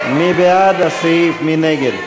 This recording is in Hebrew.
בעד 58, נגד,